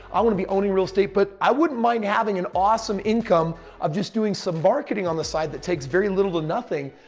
i want to be owning real estate. but i wouldn't mind having an awesome income of just doing some marketing on the side that takes very little to nothing.